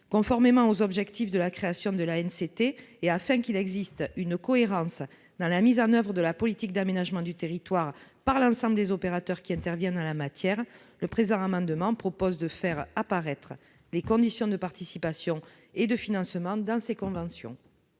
Conformément aux objectifs de la création de l'ANCT, et afin qu'il existe une cohérence dans la mise en oeuvre de la politique d'aménagement du territoire par l'ensemble des opérateurs qui interviennent en la matière, le présent amendement tend à faire apparaître les conditions de participation et de financement dans ces conventions.